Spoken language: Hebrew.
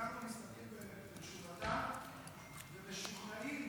מסתפקים בתשובה ומשוכנעים